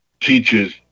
teaches